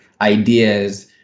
ideas